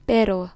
Pero